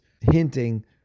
hinting